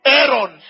Aaron